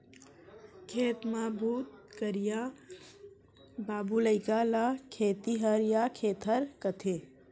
खेत म बूता करइया बाबू लइका ल खेतिहार या खेतर कथें